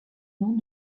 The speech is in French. noms